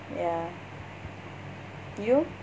ya you